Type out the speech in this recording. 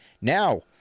Now